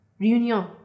Reunion